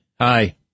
Hi